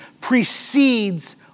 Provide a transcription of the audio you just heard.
precedes